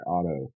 Auto